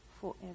forever